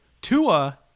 Tua